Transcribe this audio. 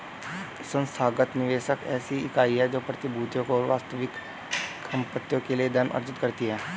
संस्थागत निवेशक ऐसी इकाई है जो प्रतिभूतियों और वास्तविक संपत्तियों के लिए धन अर्जित करती है